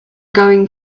going